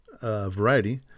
Variety